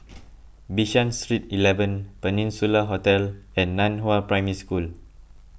Bishan Street eleven Peninsula Hotel and Nan Hua Primary School